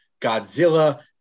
Godzilla